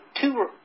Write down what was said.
two